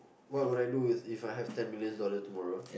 well would I do If I have ten million dollars tomorrow